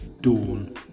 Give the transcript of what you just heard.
dawn